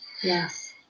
Yes